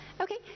Okay